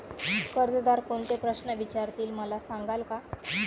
कर्जदार कोणते प्रश्न विचारतील, मला सांगाल का?